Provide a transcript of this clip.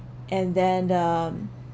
and then um